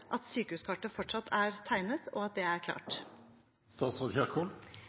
at sykehuskartet fortsatt er tegnet, og at det er